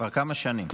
כבר כמה שנים.